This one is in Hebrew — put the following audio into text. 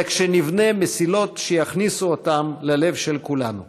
אלא כשנבנה מסילות שיכניסו אותם ללב של כולנו.